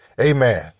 amen